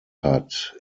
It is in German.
hat